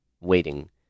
waiting